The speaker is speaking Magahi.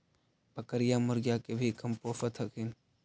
बकरीया, मुर्गीया के भी कमपोसत हखिन?